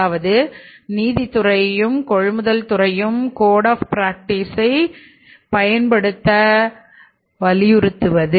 அதாவது நீதித்துறையையும் கொள்முதல் துறையையும் கோடு ஆப் ப்ராக்டீஸ்சை பயன்படுத்துமாறு வலியுறுத்த வேண்டும்